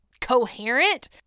coherent